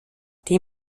die